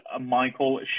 Michael